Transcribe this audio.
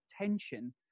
tension